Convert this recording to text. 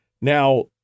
Now